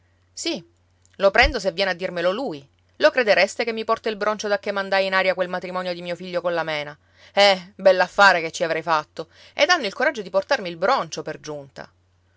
sì lo prendo se viene a dirmelo lui lo credereste che mi porta il broncio dacché mandai in aria quel matrimonio di mio figlio colla mena eh bell'affare che ci avrei fatto ed hanno il coraggio di portarmi il broncio per giunta